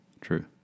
True